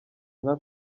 nka